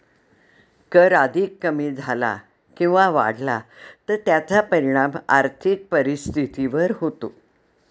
कर अधिक कमी झाला किंवा वाढला तर त्याचा परिणाम आर्थिक परिस्थितीवर होतो